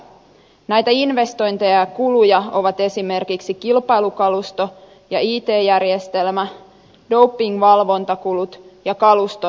näitä investointeja ja kuluja ovat esimerkiksi kilpailukalusto ja it järjestelmä dopingvalvontakulut ja kaluston ylläpito